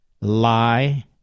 lie